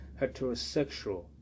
heterosexual